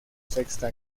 sexta